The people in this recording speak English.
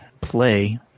Play